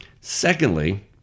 Secondly